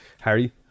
Harry